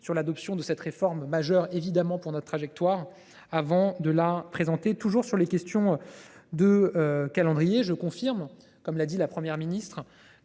sur l'adoption de cette réforme majeure évidemment pour notre trajectoire avant de la présenter toujours sur les questions. De calendrier, je confirme, comme l'a dit la Première ministre,